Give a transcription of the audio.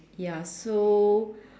ya so